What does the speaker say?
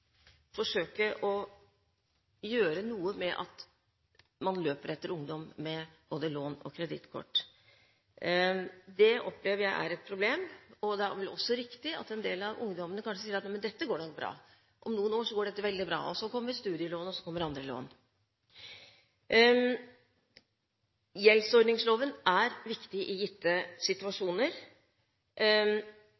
forsøke å gjøre noe med at man løper etter ungdom med både lån og kredittkort. Det opplever jeg at er et problem, og det er vel også riktig at en del av ungdommene kanskje sier: Dette går vel bra, om noen år går dette bra. Så kommer studielån og så kommer andre lån. Gjeldsordningsloven er viktig i gitte